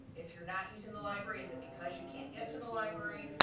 if you're not using the library, is it because you can't get to the library?